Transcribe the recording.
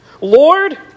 Lord